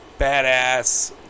badass